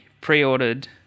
pre-ordered